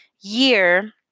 year